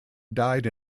died